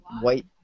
white